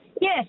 Yes